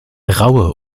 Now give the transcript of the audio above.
raue